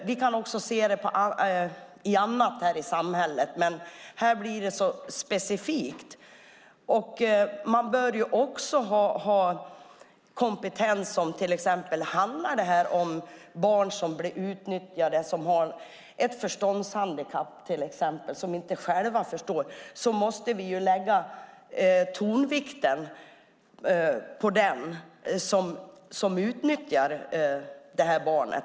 Vi ser det även på andra håll i samhället, men här blir det specifikt. Man bör också ha rätt kompetens om det till exempel handlar om barn med förståndshandikapp som blir utnyttjade. Om de inte själva förstår måste vi ju lägga större tonvikt på den som utnyttjar detta barn.